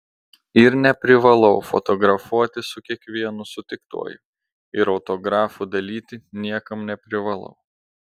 ir neprivalau fotografuotis su kiekvienu sutiktuoju ir autografų dalyti niekam neprivalau